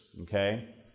okay